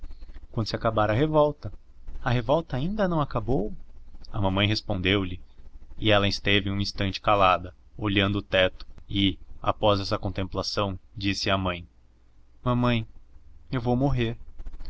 quando se acabar a revolta a revolta ainda não acabou a mãe respondeu-lhe e ela esteve um instante calada olhando o teto e após essa contemplação disse à mãe mamãe eu vou morrer